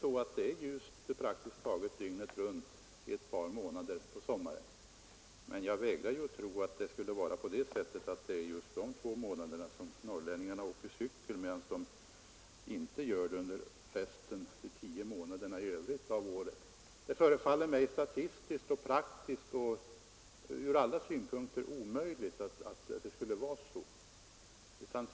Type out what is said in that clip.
Visst är det ljust där praktiskt taget dygnet runt i ett par månader på sommaren, men jag vägrar att tro att det skulle vara just under de två månaderna som norrlänningarna åker cykel, medan de inte gör det under de tio övriga månaderna av året. Det förefaller mig ur statistiska och praktiska och alla andra synpunkter omöjligt att det skulle vara så.